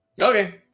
okay